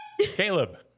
Caleb